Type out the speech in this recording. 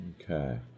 Okay